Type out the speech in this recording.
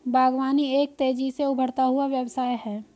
बागवानी एक तेज़ी से उभरता हुआ व्यवसाय है